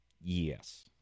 Yes